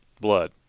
blood